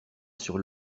sur